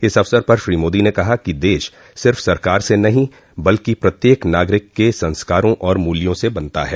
इस अवसर पर श्री मोदी ने कहा कि देश सिर्फ सरकार से नहीं बल्कि प्रत्येक नागरिक के संस्कारों और मूल्यों से बनता है